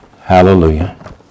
Hallelujah